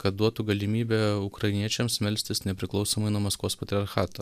kad duotų galimybę ukrainiečiams melstis nepriklausomai nuo maskvos patriarchato